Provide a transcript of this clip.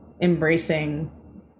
embracing